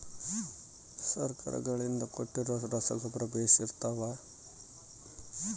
ಸರ್ಕಾರಗಳಿಂದ ಕೊಟ್ಟಿರೊ ರಸಗೊಬ್ಬರ ಬೇಷ್ ಇರುತ್ತವಾ?